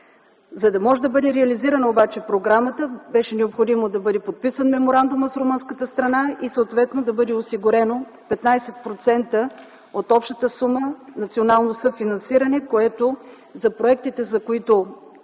За да може да бъде реализирана обаче програмата, беше необходимо да бъде подписан меморандумът с румънската страна и съответно да бъде осигурено 15% от общата сума национално съфинансиране. За проектите, за които